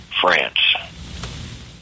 France